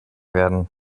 werden